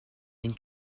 une